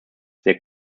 their